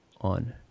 on